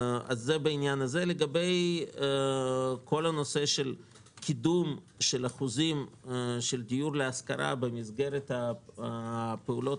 לגבי נושא קידום אחוזים של דיור להשכרה במסגרת הפעולות